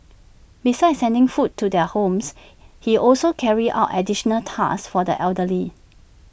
besides sending food to their homes he also carries out additional tasks for the elderly